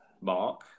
Mark